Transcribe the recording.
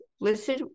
Listen